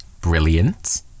brilliant